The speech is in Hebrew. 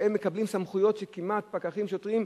לקבל סמכויות של כמעט פקחים שוטרים.